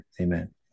Amen